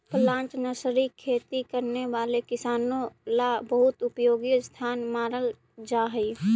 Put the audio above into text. plant nursery खेती करने वाले किसानों ला बहुत उपयोगी स्थान मानल जा हई